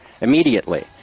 immediately